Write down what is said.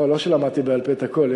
לא שלמדתי בעל-פה את הכול,